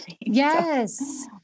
yes